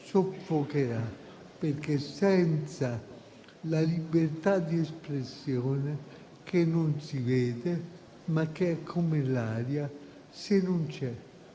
soffocherà, perché senza la libertà di espressione, che non si vede ma è come l'aria, moriremo